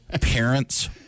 parents